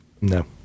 No